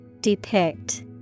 Depict